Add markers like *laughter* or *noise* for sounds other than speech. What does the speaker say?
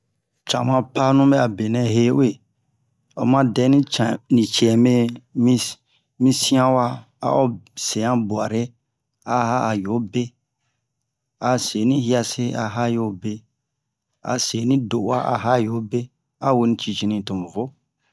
cama panu ɓɛ a benɛ he *hesitation* oma dɛ ni cɛ-cɛmɛ mi ci- mi siyan wa a o se han burare a ha'a yo be a se ni hiyase a ha yobe a se ni do'oa a ha yo be a we ni cicini tomu vo